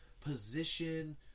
Position